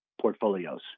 portfolios